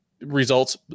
results